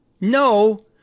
no